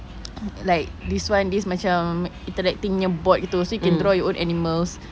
like this one this macam interacting nya board gitu so you can draw your own animals